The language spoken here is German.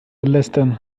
lästern